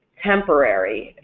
temporary,